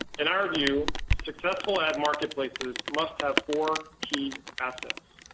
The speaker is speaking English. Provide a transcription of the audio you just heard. in our view, successful ad marketplaces must have four key assets.